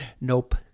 nope